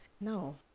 no